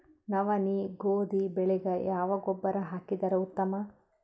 ನವನಿ, ಗೋಧಿ ಬೆಳಿಗ ಯಾವ ಗೊಬ್ಬರ ಹಾಕಿದರ ಉತ್ತಮ?